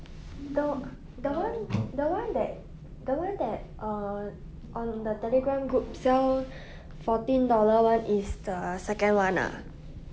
the the [one] the [one] that the [one] that err on the Telegram group sell fourteen dollar [one] is the second [one] ah